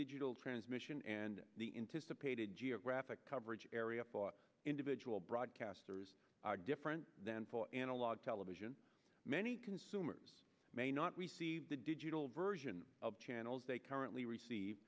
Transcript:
digital transmission and the interest of paid a geographic coverage area for individual broadcasters are different than for analog television many consumers may not receive the digital version of channels they currently receive